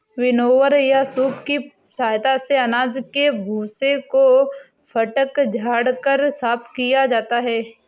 winnower या सूप की सहायता से अनाज के भूसे को फटक झाड़ कर साफ किया जाता है